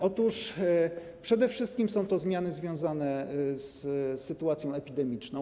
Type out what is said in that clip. Otóż przede wszystkim są to zmiany związane z sytuacją epidemiczną.